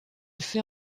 fait